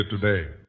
today